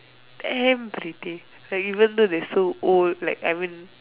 damn pretty like even though they are so old like I mean